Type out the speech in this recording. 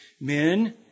men